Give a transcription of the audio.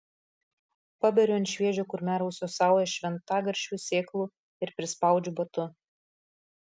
paberiu ant šviežio kurmiarausio saują šventagaršvių sėklų ir prispaudžiu batu